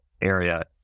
area